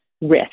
Risk